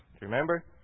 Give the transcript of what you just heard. Remember